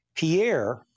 Pierre